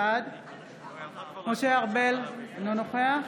בעד משה ארבל, אינו נוכח